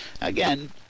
Again